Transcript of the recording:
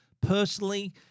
Personally